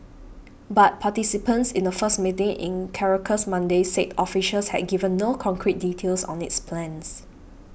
but participants in a first meeting in Caracas Monday said officials had given no concrete details on its plans